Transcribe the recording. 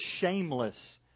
shameless